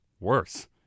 worse